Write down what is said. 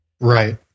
Right